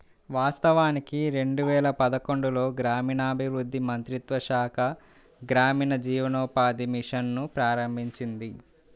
వాస్తవానికి రెండు వేల పదకొండులో గ్రామీణాభివృద్ధి మంత్రిత్వ శాఖ గ్రామీణ జీవనోపాధి మిషన్ ను ప్రారంభించింది